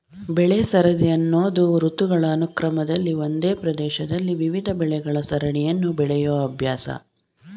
ಬೆಳೆಸರದಿ ಅನ್ನೋದು ಋತುಗಳ ಅನುಕ್ರಮದಲ್ಲಿ ಒಂದೇ ಪ್ರದೇಶದಲ್ಲಿ ವಿವಿಧ ಬೆಳೆಗಳ ಸರಣಿಯನ್ನು ಬೆಳೆಯೋ ಅಭ್ಯಾಸ